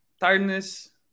tiredness